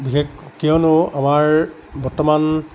বিশেষ কিয়নো আমাৰ বৰ্তমান